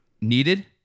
needed